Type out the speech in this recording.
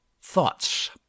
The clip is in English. thoughts